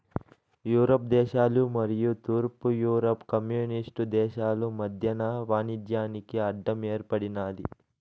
Europe దేశాలు మరియు తూర్పు యూరప్ కమ్యూనిస్టు దేశాలు మధ్యన వాణిజ్యానికి అడ్డం ఏర్పడినాది